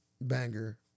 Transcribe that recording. banger